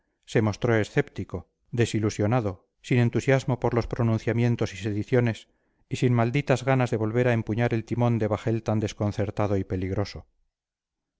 se mostró escéptico desilusionado sin entusiasmo por los pronunciamientos y sediciones y sin malditas ganas de volver a empuñar el timón de bajel tan desconcertado y peligroso